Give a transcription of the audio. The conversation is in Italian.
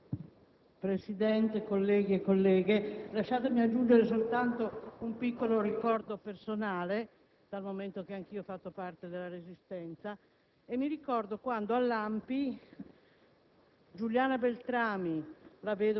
Presidente, colleghe e colleghi, lasciatemi aggiungere soltanto un piccolo ricordo personale, dal momento che ho fatto parte della Resistenza. Quando all'ANPI,